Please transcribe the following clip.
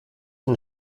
den